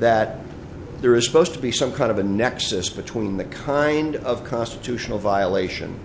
that there is supposed to be some kind of a nexus between the kind of constitutional violation